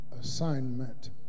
assignment